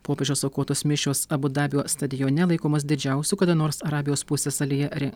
popiežiaus aukotos mišios abu dabio stadione laikomas didžiausiu kada nors arabijos pusiasalyje re